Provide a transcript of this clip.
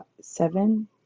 seven